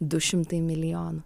du šimtai milijonų